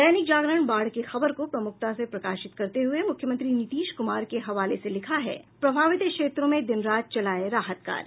दैनिक जागरण बाढ़ की खबर को प्रमुखता से प्रकाशित करते हुए मुख्यमंत्री नीतीश कुमार के हवाले से लिखा है प्रभावित क्षेत्रों में दिन रात चलायें राहत कार्य